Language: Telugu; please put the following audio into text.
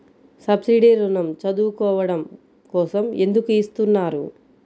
సబ్సీడీ ఋణం చదువుకోవడం కోసం ఎందుకు ఇస్తున్నారు?